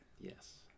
Yes